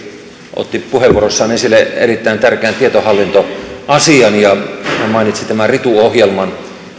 otti puheenvuorossaan esille erittäin tärkeän tietohallintoasian ja hän mainitsi tämän ritu ohjelman